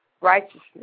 righteousness